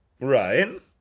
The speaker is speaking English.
Right